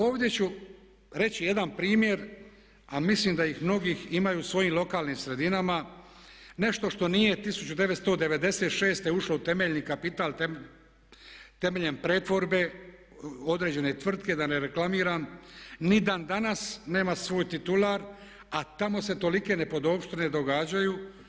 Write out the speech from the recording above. Ovdje ću reći jedan primjer a mislim da ih mnogi imaju u svojim lokalnim sredinama, nešto što nije 1996. ušlo u temeljni kapital temeljem pretvorbe određene tvrtke, da ne reklamiram, ni dan danas nema svoj titular a tamo se tolike nepodopštine događaju.